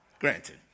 Granted